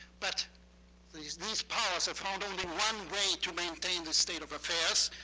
but these these powers have found only one way to maintain the state of affairs,